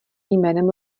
jménem